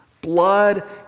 Blood